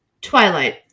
Twilight